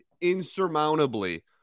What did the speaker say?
insurmountably